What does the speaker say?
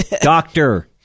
Doctor